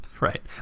right